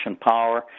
power